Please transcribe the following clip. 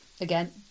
again